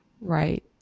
Right